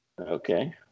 Okay